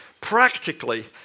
practically